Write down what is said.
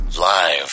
live